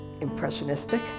impressionistic